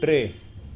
टे